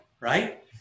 right